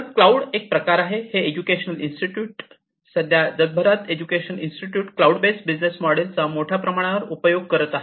तर एक प्रकार आहे हे एज्युकेशनल इंस्टिट्यूट तर सध्या या जगाभरात educational institute cloud based business मॉडेलचा मोठ्या प्रमाणावर उपयोग करत आहेत